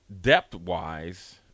depth-wise